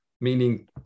meaning